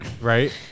right